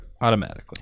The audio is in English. automatically